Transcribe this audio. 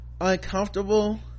uncomfortable